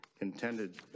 intended